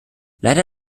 leider